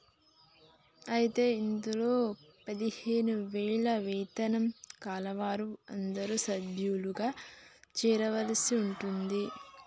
అయితే ఇందులో పదిహేను వేల వేతనం కలవారు అందరూ సభ్యులుగా చేరవలసి ఉంటుంది